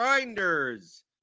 Grinders